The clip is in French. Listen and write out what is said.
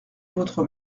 votre